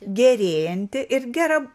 gerėjanti ir gera